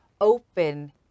open